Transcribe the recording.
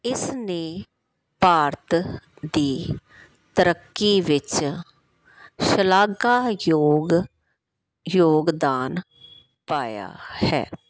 ਇਸ ਨੇ ਭਾਰਤ ਦੀ ਤਰੱਕੀ ਵਿੱਚ ਸ਼ਲਾਂਘਾਯੋਗ ਯੋਗਦਾਨ ਪਾਇਆ ਹੈ